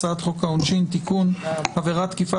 הצעת חוק העונשין (תיקון - עבירת תקיפה